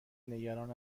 نگران